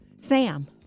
Sam